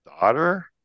daughter